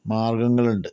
മാർഗങ്ങളുണ്ട്